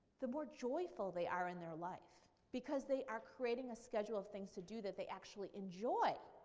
the more joyful they are in their life because they are creating a schedule of things to do that they actually enjoy.